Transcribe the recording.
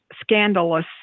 scandalous